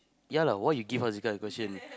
ya lah why you give us this kind of question